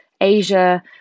Asia